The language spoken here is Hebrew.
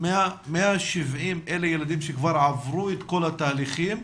170 אלה ילדים שכבר עברו את כל התהליכים,